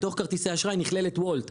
בתוך כרטיסי האשראי נכללת וולט,